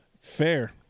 Fair